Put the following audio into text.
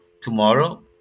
tomorrow